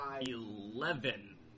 Eleven